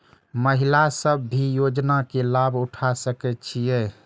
महिला सब भी योजना के लाभ उठा सके छिईय?